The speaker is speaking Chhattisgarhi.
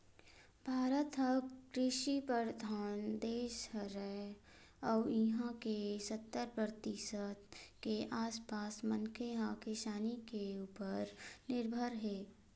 भारत ह कृषि परधान देस हरय अउ इहां के सत्तर परतिसत के आसपास मनखे ह किसानी के उप्पर निरभर हे